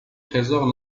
trésors